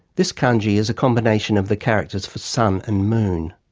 this kanji is a combination of the characters for sun and moon.